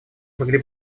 могли